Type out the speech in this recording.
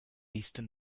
eastern